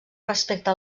respecte